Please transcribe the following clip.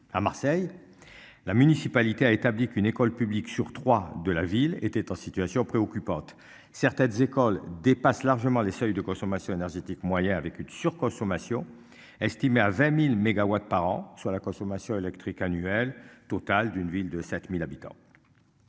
à Marseille. La municipalité a établi qu'une école publique sur 3 de la ville était en situation préoccupante. Certaines écoles dépasse largement les seuils de consommation énergétique moyenne avec une surconsommation. Estimée à 20.000 mégawatts par an, soit la consommation électrique annuelle totale d'une ville de 7000 habitants.